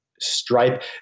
Stripe